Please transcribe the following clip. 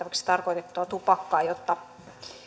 suussa käytettäväksi tarkoitettua tupakkaa jotta